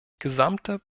gesamte